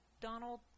Donald